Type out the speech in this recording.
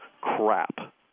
crap